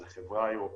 שהיא חברה אירופאית